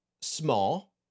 small